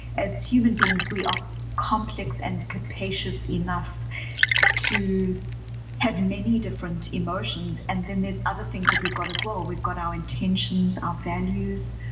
as human beings, we are complex and capacious enough to have many different emotions and then there's other things that we've got as well. we've got our intentions, our values,